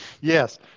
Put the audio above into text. yes